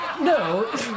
No